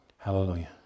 Hallelujah